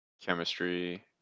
chemistry